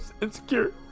Insecure